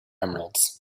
emeralds